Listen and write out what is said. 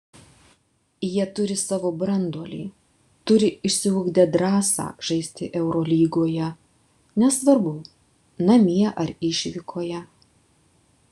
jie turi savo branduolį turi išsiugdę drąsą žaisti eurolygoje nesvarbu namie ar išvykoje